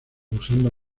usando